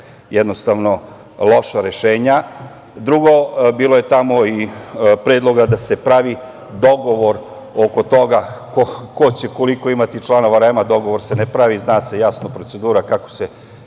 jednostavno, loša rešenja. Drugo, bilo je tamo i predloga da se pravi dogovor oko toga, ko će koliko imati članova REM-a. Dogovor se ne pravi, zna se jasno procedura kako se